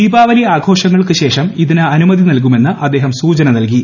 ദീപാവലി ആഘോഷങ്ങൾക്ക് ശേഷം ഇതിന് അനുമതി നൽകുമെന്ന് അദ്ദേഹം സൂചന നൽകി